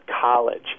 college